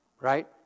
right